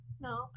No